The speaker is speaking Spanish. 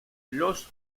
los